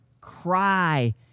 cry